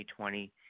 2020